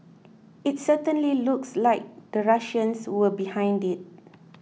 it certainly looks like the Russians were behind it